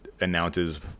announces